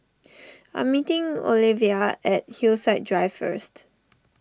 I am meeting Olevia at Hillside Drive first